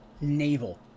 Naval